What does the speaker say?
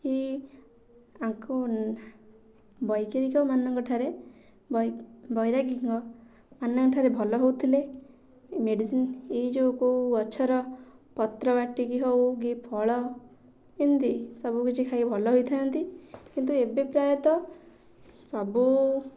ଏଇ ଆଙ୍କ ବୈଜ୍ଞାନିକ ମାନଙ୍କଠାରେ ବୈରାଗୀଙ୍କ ମାନଙ୍କଠାରେ ଭଲ ହେଉଥିଲେ ଏ ଯେଉଁ କେଉଁ ଗଛର ପତ୍ର ବାଟିକି ହେଉ ଫଳ ଏମିତି ସବୁ କିଛି ଖାଇକି ଭଲ ହୋଇଥାନ୍ତି କିନ୍ତୁ ଏବେ ପ୍ରାୟତଃ ସବୁ